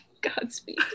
Godspeed